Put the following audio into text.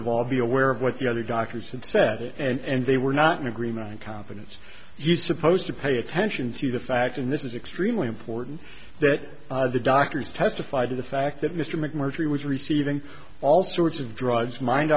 of all be aware of what the other doctors had said it and they were not in agreement in confidence you supposed to pay attention to the fact and this is extremely important that the doctors testified to the fact that mr mcmurtry was receiving all sorts of drugs mind